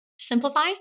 Simplify